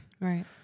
right